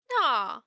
No